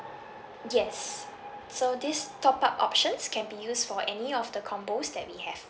yes so this top-up options can be use for any of the combos that we have